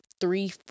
three